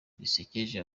zisekeje